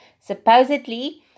Supposedly